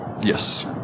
Yes